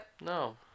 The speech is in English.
No